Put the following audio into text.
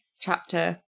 chapter